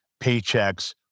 paychecks